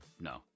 no